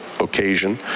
occasion